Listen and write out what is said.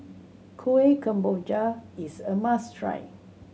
Kuih Kemboja is a must try